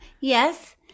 yes